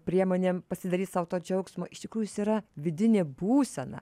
priemonėm pasidaryt sau to džiaugsmo iš tikrųjų jis yra vidinė būsena